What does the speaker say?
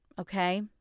okay